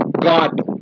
God